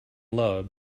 love